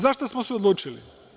Zašta smo se odlučili?